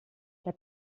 der